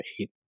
eight